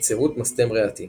היצרות מסתם ריאתי